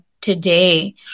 today